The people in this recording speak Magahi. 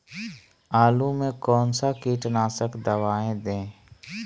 आलू में कौन सा कीटनाशक दवाएं दे?